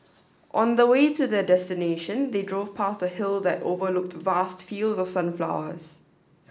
on the way to their destination they drove past a hill that overlooked vast fields of sunflowers